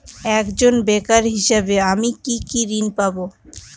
একজন বেকার হিসেবে আমি কি কি ঋণ পাব?